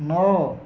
ନଅ